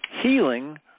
Healing